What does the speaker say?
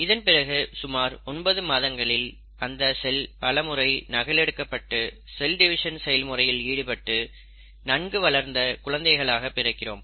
இதன் பிறகு சுமார் ஒன்பது மாதங்களில் அந்த செல் பலமுறை நகல் எடுக்கப்பட்டு செல் டிவிஷன் செயல்முறையில் ஈடுபட்டு நன்கு வளர்ந்த குழந்தையாக பிறக்கிறோம்